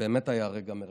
באמת היה רגע מרגש,